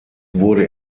wurde